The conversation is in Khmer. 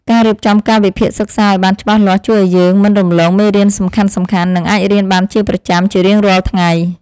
ការរៀបចំកាលវិភាគសិក្សាឱ្យបានច្បាស់លាស់ជួយឱ្យយើងមិនរំលងមេរៀនសំខាន់ៗ និងអាចរៀនបានជាប្រចាំជារៀងរាល់ថ្ងៃ។